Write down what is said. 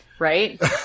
Right